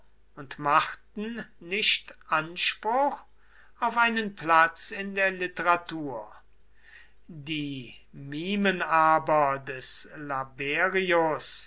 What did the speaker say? und machten nicht anspruch auf einen platz in der literatur die mimen aber des laberius